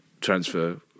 transfer